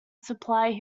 supply